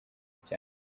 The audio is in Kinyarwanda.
cyane